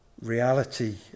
reality